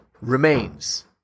remains